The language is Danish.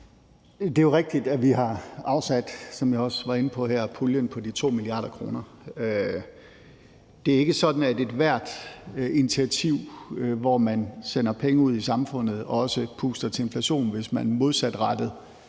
inde på her, at vi har afsat puljen på de 2 mia. kr. Det er ikke sådan, at ethvert initiativ, hvor man sender penge ud i samfundet, også puster til inflationen, hvis man modsatrettet